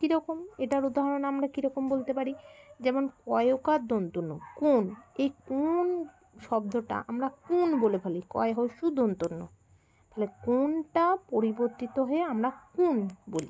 কীরকম এটার উদাহরণ আমরা কীরকম বলতে পারি যেমন ক ওকার দন্ত্য ন কোন এই কোন শব্দটা আমরা কোন বলে ক হ্রস্য উ দন্ত্য ন তহলে কোনটা পরিবর্তিত হয়ে আমরা কোন বলি